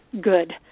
good